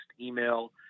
email